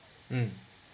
mm